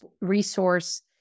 resource